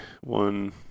one